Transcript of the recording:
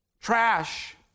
trash